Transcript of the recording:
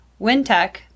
WinTech